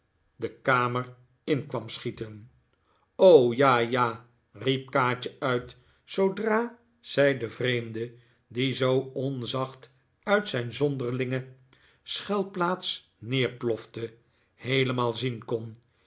de kamer in kwam schieten ja ja riep kaatje uit zoodra zij den vreemde die zoo onzacht uit zijn zonderlinge schuilplaats neerplofte heelemaal zien kon